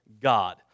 God